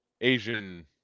Asian